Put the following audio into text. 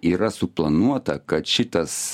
yra suplanuota kad šitas